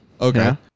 Okay